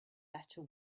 better